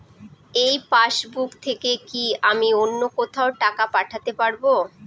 এই পাসবুক থেকে কি আমি অন্য কোথাও টাকা পাঠাতে পারব?